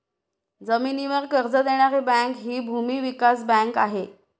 जमिनीवर कर्ज देणारी बँक हि भूमी विकास बँक आहे